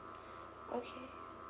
okay